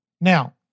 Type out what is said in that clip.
Now